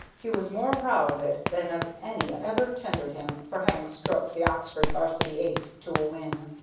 he was more proud of it than of any ever tendered him for having stroked the oxford varsity eight to a win.